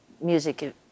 Music